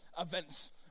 events